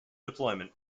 deployment